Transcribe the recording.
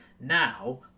Now